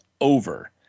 over